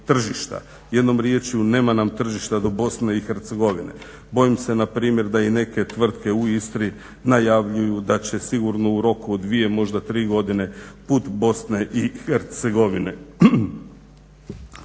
Jednom riječju nema nam tržišta do Bosne i Hercegovine. Bojim se npr. da i neke tvrtke u Istri najavljuju da će sigurno u roku od 2, možda 3 godine put Bosne i Hercegovine.